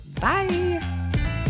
Bye